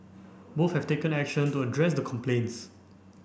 both have taken action to address the complaints